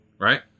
Right